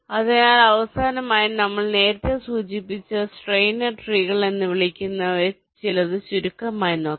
അതിനാൽ അവസാനമായി നമ്മൾ നേരത്തെ സൂചിപ്പിച്ച സ്റ്റൈനർ ട്രീകൾ എന്ന് വിളിക്കപ്പെടുന്ന ചിലത് ചുരുക്കമായി നോക്കാം